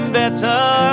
better